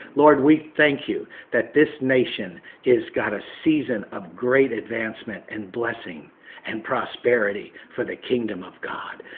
lord, we thank you that this nation is got a season of great advancement and blessing and prosperity for the kingdom of god.